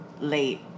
late